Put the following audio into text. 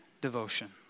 devotion